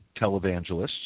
televangelists